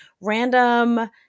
random